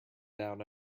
down